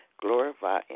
glorify